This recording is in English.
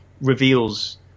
reveals